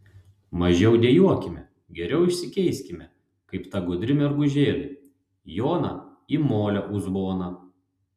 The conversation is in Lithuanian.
mažiau dejuokime geriau išsikeiskime kaip ta gudri mergužėlė joną į molio uzboną